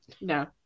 no